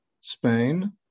Spain